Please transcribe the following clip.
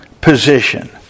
position